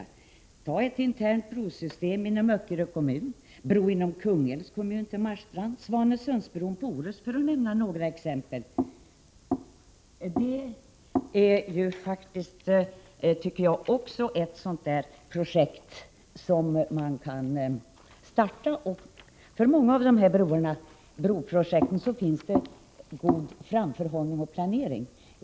Det kan gälla ett internt brosystem inom Öckerö kommun, en bro till Marstrand inom Kungälvs kommun och Svanesundsbron på Orust, för att nämna några exempel. Detta är projekt som man kan starta, och för många av broprojekten finns god framförhållning och planering.